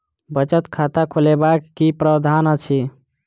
बचत खाता खोलेबाक की प्रावधान अछि?